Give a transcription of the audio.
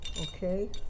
Okay